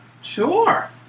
Sure